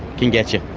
can get you.